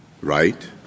right